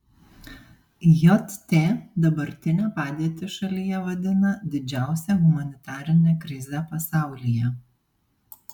jt dabartinę padėtį šalyje vadina didžiausia humanitarine krize pasaulyje